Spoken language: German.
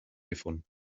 gefunden